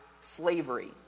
slavery